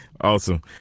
Awesome